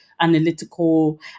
analytical